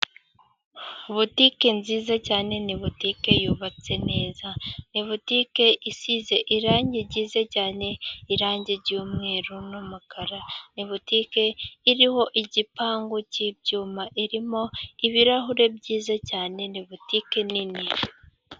Butike nziza cyane ni butike yubatse neza. Ni butike isize irangi ryiza cyane, irangi ry'umweru n'umukara. Ni butike iriho igipangu cy'ibyuma, irimo ibirahure byiza cyane. Ni butike nini.